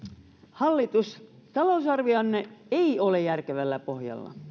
hallitus talousarvionne ei ole järkevällä pohjalla